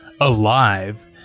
alive